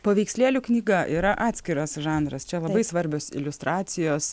paveikslėlių knyga yra atskiras žanras čia labai svarbios iliustracijos